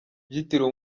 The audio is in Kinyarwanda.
byitiriwe